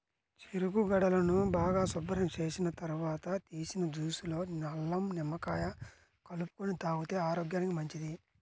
చెరుకు గడలను బాగా శుభ్రం చేసిన తర్వాత తీసిన జ్యూస్ లో అల్లం, నిమ్మకాయ కలుపుకొని తాగితే ఆరోగ్యానికి మంచిది